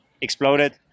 exploded